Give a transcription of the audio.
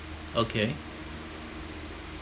okay